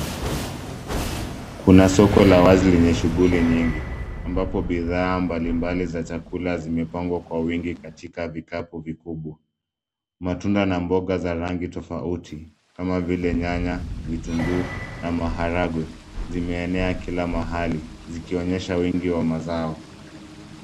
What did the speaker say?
Kuna soko la wazi lenye shughuli nyingi, ambapo bidhaa mbalimbali za chakula zimepangwa kwa wingi katika vikapu vikubwa. Matunda na mboga za rangi tofauti, kama vile nyanya, vitunguu, na maharagwe, zimeenea kila mahali, zikionyesha wingi wa mazao.